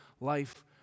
life